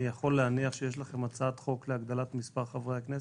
אני יכול להניח שיש לכם הצעת חוק להגדלת מספר חברי כנסת.